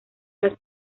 las